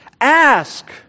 ask